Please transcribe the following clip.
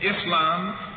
Islam